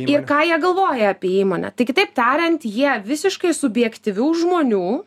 ir ką jie galvoja apie įmonę tai kitaip tariant jie visiškai subjektyvių žmonių